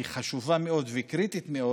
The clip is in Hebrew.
חשובה מאוד וקריטית מאוד